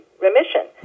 remission